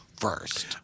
first